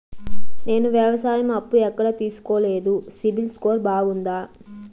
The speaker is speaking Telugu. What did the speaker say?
నేను వ్యవసాయం అప్పు ఎక్కడ తీసుకోలేదు, సిబిల్ స్కోరు బాగుందా?